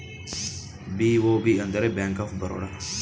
BOB ಅಂದರೆ bank of Baroda